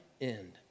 end